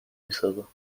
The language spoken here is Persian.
میسازم